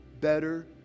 better